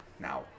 Now